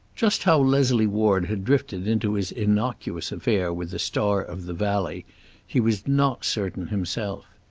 just how leslie ward had drifted into his innocuous affair with the star of the valley he was not certain himself.